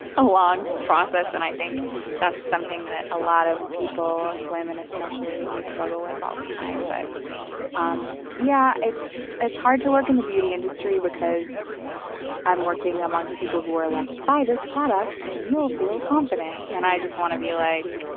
long process. and i think that's something a lot of people, women especially, we struggle with all the time. but um yeah it's it's hard to work in the beauty industry because i'm working amongst people who are like, buy this product, and you'll feel confident. and i just wanna be like,